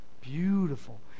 Beautiful